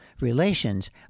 relations